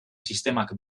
sistemak